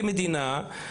כמדינה,